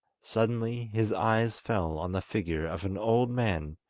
suddenly his eyes fell on the figure of an old man,